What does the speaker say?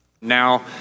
Now